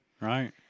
right